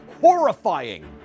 horrifying